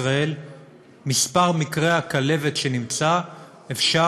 מספר מקרי הכלבת שנמצא במדינת ישראל בכל שנה,